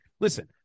listen